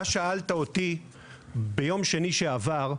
אתה שאלת אותי ביום שני שעבר,